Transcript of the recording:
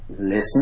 listen